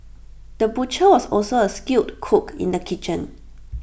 the butcher was also A skilled cook in the kitchen